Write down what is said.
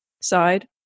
side